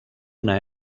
una